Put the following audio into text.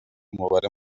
n’umubare